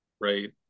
right